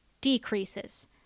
decreases